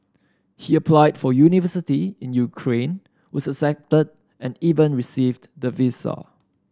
he applied for university in Ukraine was accepted and even received the visa